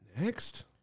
next